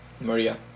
Maria